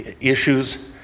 issues